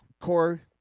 core